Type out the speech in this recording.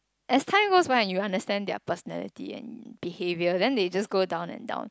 as time goes by you understand their personality and behavior then they just go down and down